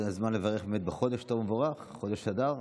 זה זמן לברך בחודש טוב ומבורך, חודש אדר.